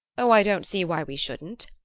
oh, i don't see why we shouldn't,